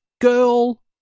Girl